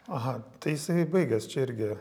aha tai jisai baigęs čia irgi